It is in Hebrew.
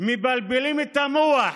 מבלבלים את המוח